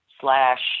slash